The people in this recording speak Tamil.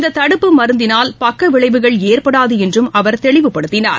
இந்ததடுப்பு மருந்தினால் பக்கவிளைவுகள் ஏற்படாதுஎன்றும் அவர் தெளிவுபடுத்தினார்